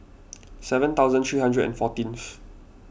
seven thousand three hundred and fourteen